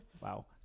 Wow